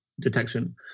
detection